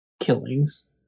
killings